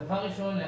דבר ראשון, ...